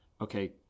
okay